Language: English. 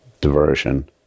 diversion